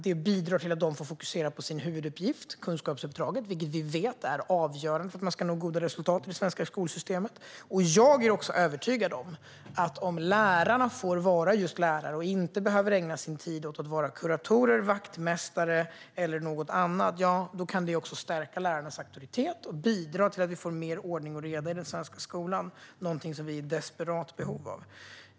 Det bidrar till att de får fokusera på sin huvuduppgift, kunskapsuppdraget, vilket vi vet är avgörande för att man ska nå goda resultat i det svenska skolsystemet. Jag är också övertygad om att om lärarna får vara just lärare och inte behöver ägna sin tid åt att vara kuratorer, vaktmästare eller något annat kan detta stärka lärarnas auktoritet och bidra till att vi får mer ordning och reda i den svenska skolan, vilket vi är i desperat behov av.